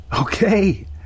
Okay